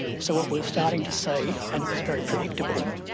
so what we are starting to see, and it was very predictable,